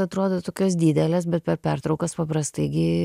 atrodo tokios didelės bet per pertraukas paprastai gi